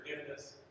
forgiveness